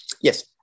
yes